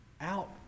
out